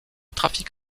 trafic